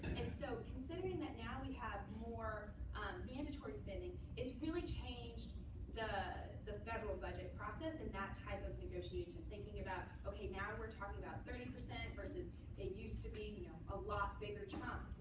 and so considering that now we have more mandatory spending, it's really changed the the federal budget process in that type of negotiation, thinking about, ok, now we're talking about thirty, and versus it used to be a lot bigger chunk.